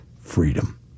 freedom